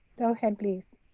go ahead, please.